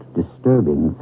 disturbing